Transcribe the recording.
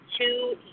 two